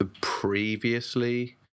previously